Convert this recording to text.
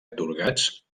atorgats